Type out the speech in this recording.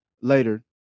later